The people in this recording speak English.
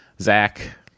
Zach